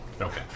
Okay